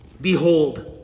Behold